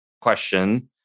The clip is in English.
question